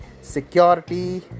security